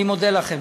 אני מודה לכם.